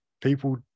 people